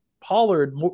Pollard